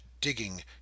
digging